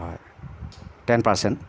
হয় ten percent